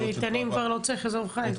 כב"ה --- איתנים כבר לא צריך אזור חיץ,